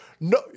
No